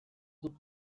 dut